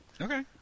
Okay